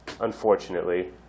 unfortunately